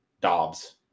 Dobbs